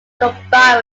combined